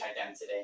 identity